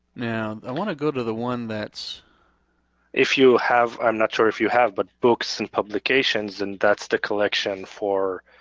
now i want to go to the one that's if you have, i'm not sure if you have, but books and publications and that's the collection for